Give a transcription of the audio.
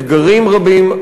אתגרים רבים,